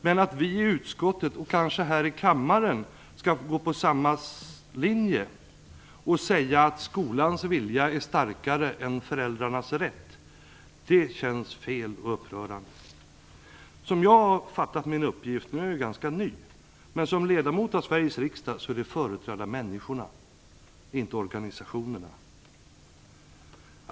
Men att vi i utskottet och här i kammaren skall gå på samma linje, och säga att skolans vilja är starkare än föräldrarnas rätt, känns fel och upprörande. Som jag har uppfattat min uppgift - nu är jag ganska ny som riksdagsledamot - är den att jag som ledamot av Sveriges riksdag skall företräda människorna och inte organisationerna.